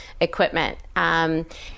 equipment